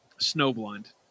Snowblind